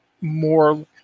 more